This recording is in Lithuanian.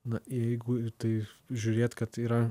na jeigu į tai žiūrėt kad tai yra